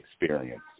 experience